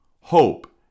hope